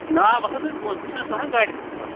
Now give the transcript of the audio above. نا وَس حظ تیٚلہِ بۄن ژٕ چھَکھ نہ زٕہۭنۍ گاڑِ کھٔژمٕژ